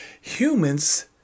Humans